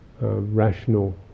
rational